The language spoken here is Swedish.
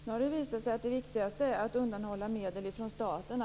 Nu har det visat sig att det viktigaste är att undanhålla medel från staten.